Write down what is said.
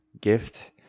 gift